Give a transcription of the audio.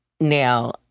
now